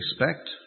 expect